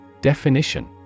Definition